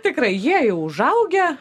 tikrai jie jau užaugę